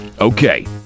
Okay